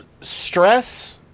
stress